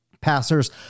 passers